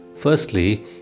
Firstly